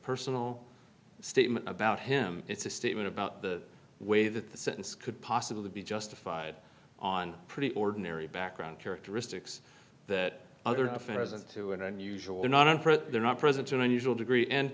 personal statement about him it's a statement about the way that the sentence could possibly be justified on pretty ordinary background characteristics that other affair isn't to and i'm usually not for it they're not present an unusual degree and